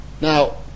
Now